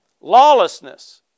lawlessness